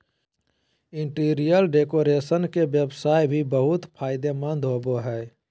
interior decoration के व्यवसाय भी बहुत फायदेमंद होबो हइ